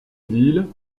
ville